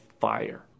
fire